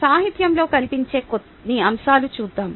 సాహిత్యంలో కనిపించే కొన్ని అంశాలను చూద్దాం